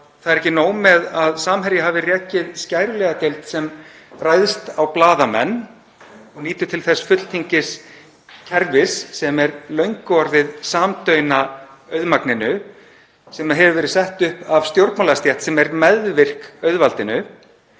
það er ekki nóg með að Samherji hafi rekið skæruliðadeild sem ræðst á blaðamenn og nýtur fulltingis kerfis sem er löngu orðið samdauna auðmagninu, sem hefur verið sett upp af stjórnmálastétt sem er meðvirk auðvaldinu,